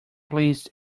pleased